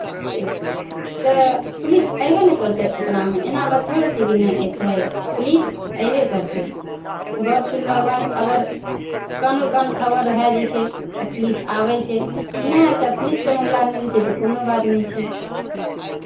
तऽ पुलिस अयबे ने करतै एकरामे एना बात थोड़े छै कि नहि अयतै पुलिस अयबे करतै गप्प सुनलाके बाद अगर कानोकान खबर भए जाइ छै तऽ पुलिस आबै छै नहि तऽ पुलिसके मामला नहि होइ छै तऽ कोनो बात नहि छै